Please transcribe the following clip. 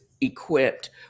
equipped